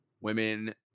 women